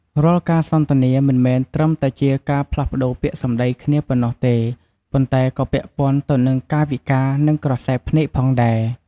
រាល់ការសន្ទនាមិនមែនត្រឹមតែជាការផ្លាស់ប្ដូរពាក្យសម្ដីគ្នាប៉ុណ្ណោះទេ ប៉ុន្តែក៏ពាក់ព័ន្ធទៅនឹង កាយវិការនិងក្រសែភ្នែកផងដែរ។